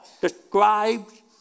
describes